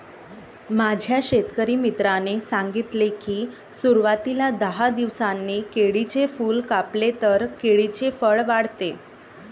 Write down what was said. माझ्या शेतकरी मित्राने सांगितले की, सुरवातीला दहा दिवसांनी केळीचे फूल कापले तर केळीचे फळ वाढते